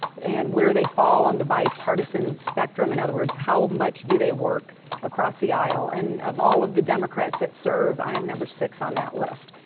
and where they fall on the bipartisan spectrum. in other words, how much do they work across the isle. and, of all of the democrats that serve, i am number six on that list.